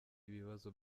ibibazo